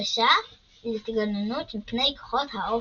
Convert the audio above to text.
החדשה להתוגננות מפני כוחות האופל.